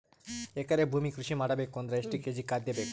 ಎಕರೆ ಭೂಮಿ ಕೃಷಿ ಮಾಡಬೇಕು ಅಂದ್ರ ಎಷ್ಟ ಕೇಜಿ ಖಾದ್ಯ ಬೇಕು?